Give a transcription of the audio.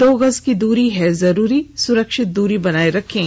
दो गज की दूरी है जरूरी सुरक्षित दूरी बनाए रखें